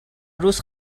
روز